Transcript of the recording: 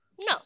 No